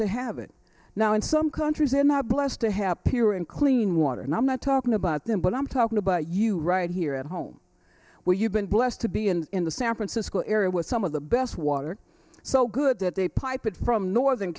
to have it now in some countries in that blessed to have pure and clean water and i'm not talking about them but i'm talking about you right here at home where you've been blessed to be and in the san francisco area with some of the best water so good that they pipe it from northern